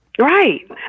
Right